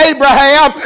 Abraham